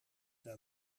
wel